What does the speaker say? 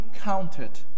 counted